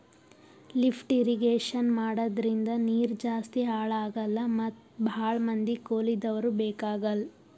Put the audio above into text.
lift irrigation ಮಾಡದ್ರಿಂದ ನೀರ್ ಜಾಸ್ತಿ ಹಾಳ್ ಆಗಲ್ಲಾ ಮತ್ ಭಾಳ್ ಮಂದಿ ಕೂಲಿದವ್ರು ಬೇಕಾಗಲ್